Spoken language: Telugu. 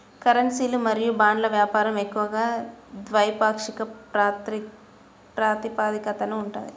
కరెన్సీలు మరియు బాండ్ల వ్యాపారం ఎక్కువగా ద్వైపాక్షిక ప్రాతిపదికన ఉంటది